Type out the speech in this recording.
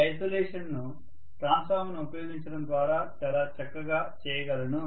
ఈ ఐసోలేషన్ ను ట్రాన్స్ఫార్మర్ను ఉపయోగించడం ద్వారా చాలా చక్కగా చేయగలను